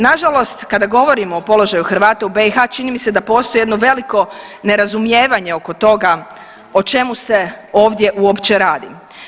Nažalost, kada govorimo o položaju Hrvata u BiH čini mi se da postoji jedno veliko nerazumijevanje oko toga o čemu se ovdje uopće radi.